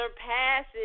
surpasses